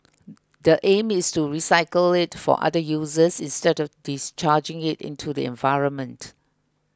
the aim is to recycle it for other uses instead of discharging it into the environment